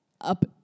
up